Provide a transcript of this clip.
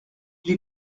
j’ai